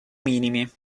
minimi